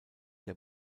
der